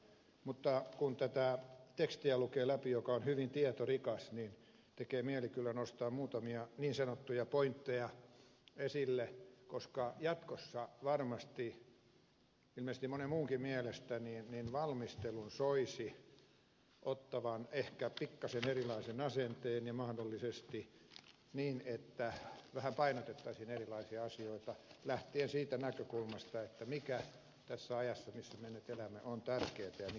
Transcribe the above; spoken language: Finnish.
mutta kun lukee läpi tätä tekstiä joka on hyvin tietorikas tekee mieli kyllä nostaa muutamia niin sanottuja pointteja esille koska jatkossa varmasti ilmeisesti monen muunkin mielestä valmistelun soisi ottavan ehkä pikkasen erilaisen asenteen ja mahdollisesti niin että vähän painotettaisiin erilaisia asioita lähtien siitä näkökulmasta mikä tässä ajassa missä me nyt elämme on tärkeätä ja mikä ei